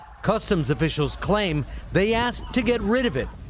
customs officials claim they asked to get rid of it,